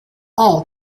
all